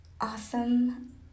awesome